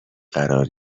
قرار